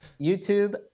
YouTube